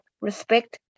respect